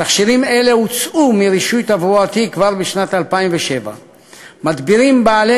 תכשירים אלה הוצאו מרישוי תברואתי כבר בשנת 2007. מדבירים בעלי